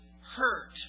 hurt